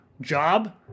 job